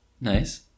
Nice